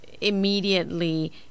immediately